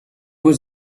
was